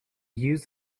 used